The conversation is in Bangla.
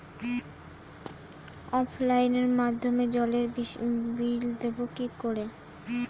অফলাইনে মাধ্যমেই জলের বিল দেবো কি করে?